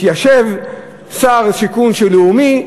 מתיישב, שר שיכון שהוא לאומי,